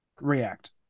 react